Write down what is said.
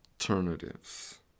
alternatives